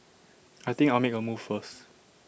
I think I'll make A move first